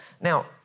Now